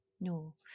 no